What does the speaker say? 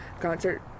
concert